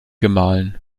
gemahlen